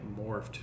morphed